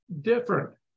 different